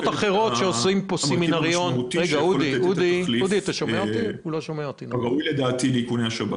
הוא יכול לתת את התחליף הראוי לדעתי לאיכוני השב"כ.